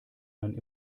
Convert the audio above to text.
man